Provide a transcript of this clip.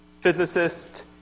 physicist